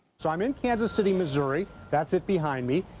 so, i'm in kansas city, missouri. that's it behind me.